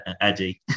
Eddie